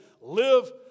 live